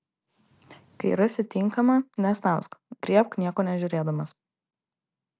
kai rasi tinkamą nesnausk griebk nieko nežiūrėdamas